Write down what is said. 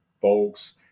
folks